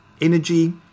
energy